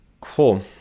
Cool